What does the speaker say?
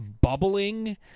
bubbling